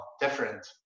different